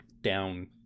down